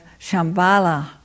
Shambhala